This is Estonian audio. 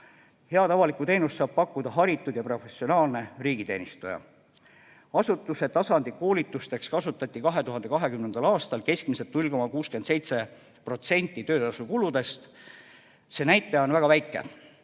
Head avalikku teenust saab pakkuda haritud ja professionaalne riigiteenistuja. Asutuse tasandi koolitusteks kasutati 2020. aastal keskmiselt 0,67% töötasu kuludest. See näitaja on väga väike.